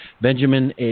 Benjamin